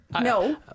No